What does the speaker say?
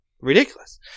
ridiculous